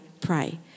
pray